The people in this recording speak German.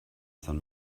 san